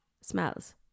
smells